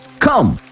come,